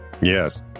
Yes